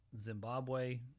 Zimbabwe